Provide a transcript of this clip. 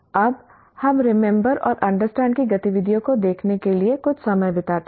अब हम रिमेंबर और अंडरस्टैंड की गतिविधियों को देखने के लिए कुछ समय बिताते हैं